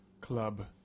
Club